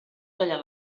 tallar